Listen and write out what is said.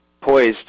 poised